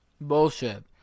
Bullshit